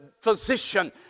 physician